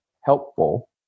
helpful